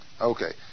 Okay